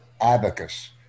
abacus